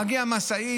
מגיעה משאית,